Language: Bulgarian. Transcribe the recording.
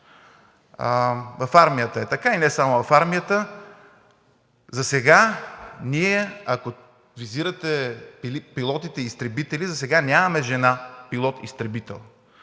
В Армията е така и не само в Армията. Засега ние, ако визирате пилотите изтребители, нямаме жена пилот изтребител,